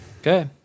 Okay